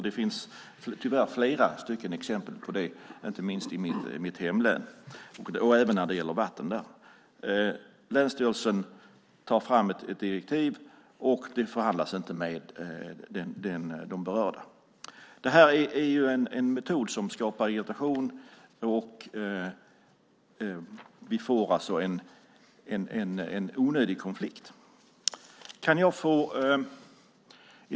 Det finns tyvärr flera exempel på det, inte minst i mitt hemlän, även när det gäller vatten. Länsstyrelsen tar fram ett direktiv, och man förhandlar inte med de berörda. Detta är en metod som skapar irritation, och vi får en onödig konflikt.